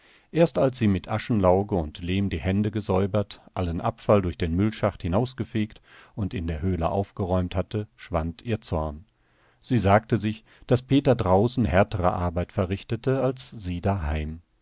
erst als sie mit aschenlauge und lehm die hände gesäubert allen abfall durch den müllschacht hinausgefegt und in der höhle aufgeräumt hatte schwand ihr zorn sie sagte sich daß peter draußen härtere arbeit verrichtete als sie daheim